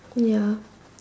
ya